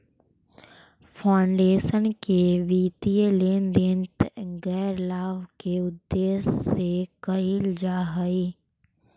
foundation के वित्तीय लेन देन गैर लाभ के उद्देश्य से कईल जा हई